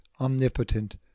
omnipotent